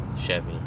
Chevy